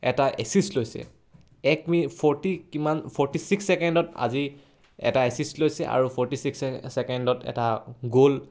এটা এচিষ্ট লৈছে এক মিনিট ফৰ্টি কিমান ফৰ্টি ছিক্স ছেকেণ্ডত আজি এটা এচিষ্ট লৈছে আৰু ফৰ্টি ছিক্স ছেকেণ্ডত এটা গ'ল